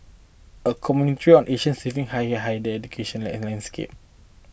a commentary on Asia's shifting higher hidden education and landscape